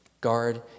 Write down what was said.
Guard